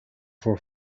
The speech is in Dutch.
voor